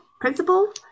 Principal